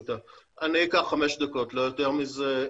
אני אקח חמש דקות, לא יותר מזה.